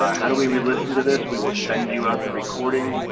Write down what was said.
how do we re-listen to this? we will send you out the recording.